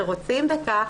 שרוצים בכך,